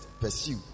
pursue